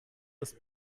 das